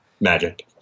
magic